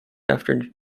after